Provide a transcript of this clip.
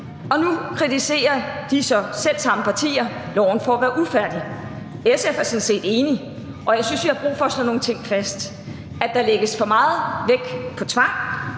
og nu kritiserer de selv samme partier så loven for at være ufærdig. SF er sådan set enig, og jeg synes, vi har brug for at slå nogle ting fast: at der lægges for meget vægt på tvang,